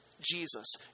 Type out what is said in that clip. Jesus